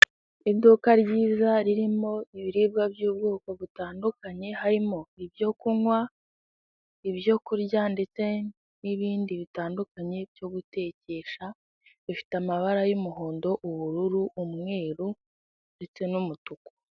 Iduka ryiza ririmo ibiribwa by'ubwoko butandukanye harimo ibyo kunywa, ibyo kurya ndetse n'ibindi bitandukanye byo gutekesha bifite amabara y'umuhondo, ubururu, umweru ndetse n'umutuku.